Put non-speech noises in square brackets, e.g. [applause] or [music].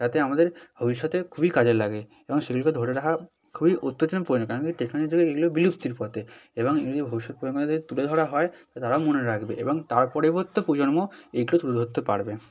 যাতে আমাদের ভবিষ্যতে খুবই কাজে লাগে এবং সেগুলিকে ধরে রাখা খুবই [unintelligible] কারণ এই টেকনোলজির যুগে এইগুলো বিলুপ্তির পথে এবং এগুলো ভবিষ্যত প্রজন্মকে তুলে ধরা হয় তারাও মনে রাখবে এবং তার পরবর্তী প্রজন্ম এগুলি তুলে ধরতে পারবে